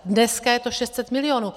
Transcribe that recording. Dneska je to 600 milionů.